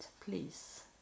please